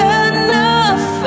enough